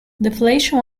deflation